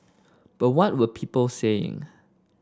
but what were people saying